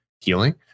healing